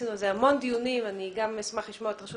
עשינו על זה המון דיונים ואני גם אשמח לשמוע את רשות